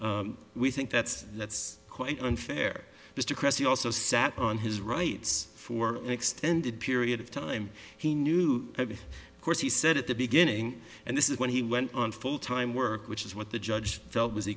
we think that's that's quite unfair mr cressy also sat on his rights for an extended period of time he knew of course he said at the beginning and this is when he went on full time work which is what the judge felt w